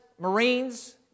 Marines